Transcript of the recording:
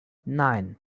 nein